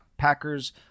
Packers